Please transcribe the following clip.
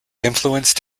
influenced